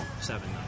seven